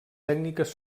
tècniques